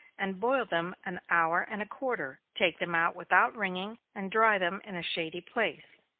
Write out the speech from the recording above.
and boil them an hour and a quarter take them out without wringing, and dry them in a shady place.